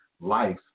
life